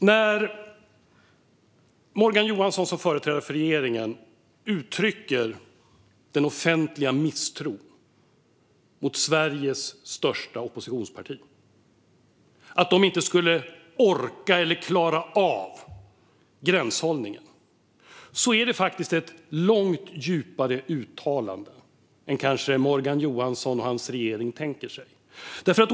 När Morgan Johansson som företrädare för regeringen uttrycker offentlig misstro mot Sveriges största oppositionsparti och menar att det inte skulle klara av gränshållningen är det faktiskt ett långt djupare uttalande än Morgan Johansson och hans regering kanske tänker sig.